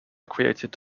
created